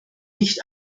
nicht